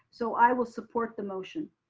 so i will support the motion.